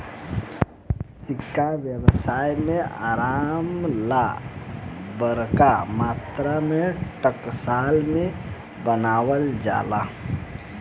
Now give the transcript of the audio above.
सिक्का व्यवसाय में आराम ला बरका मात्रा में टकसाल में बनावल जाला